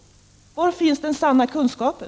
Var finns den sanna kunskapen?